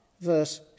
verse